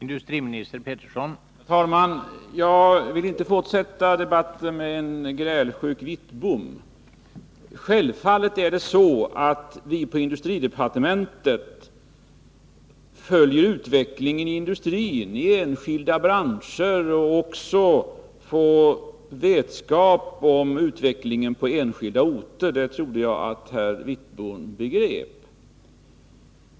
Herr talman! Jag vill inte fortsätta debatten med en grälsjuk Bengt Wittbom. Självfallet följer vi på industridepartementet utvecklingen i industrin och i enskilda branscher, och vi får också vetskap om utvecklingen på enskilda orter. Det trodde jag att herr Wittbom begrep.